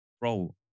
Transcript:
bro